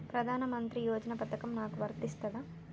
ప్రధానమంత్రి యోజన పథకం నాకు వర్తిస్తదా?